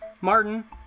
Martin